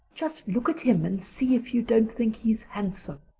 just look at him and see if you don't think he's handsome.